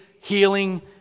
healing